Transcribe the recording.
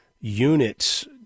units